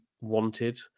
wanted